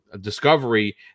discovery